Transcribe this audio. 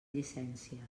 llicències